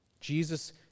Jesus